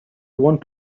want